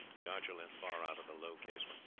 the archer leant far out of the low casement.